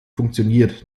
funktioniert